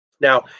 Now